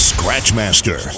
Scratchmaster